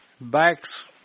backs